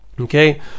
Okay